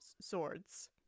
swords